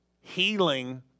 healing